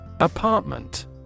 Apartment